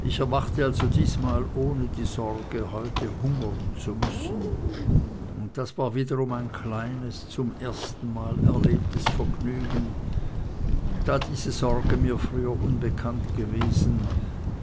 ich erwachte also diesmal ohne die sorge heute hungern zu müssen und das war wiederum ein kleines zum ersten mal erlebtes vergnügen da diese sorge mir früher unbekannt gewesen